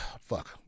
Fuck